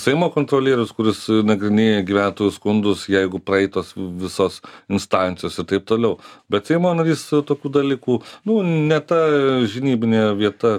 seimo kontrolierius kuris nagrinėja gyventojų skundus jeigu praeitos visos instancijos ir taip toliau bet seimo narys tokių dalykų nu ne ta žinybinė vieta